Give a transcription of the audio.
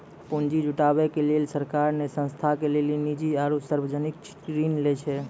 पुन्जी जुटावे के लेली सरकार ने संस्था के लेली निजी आरू सर्वजनिक ऋण लै छै